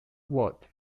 word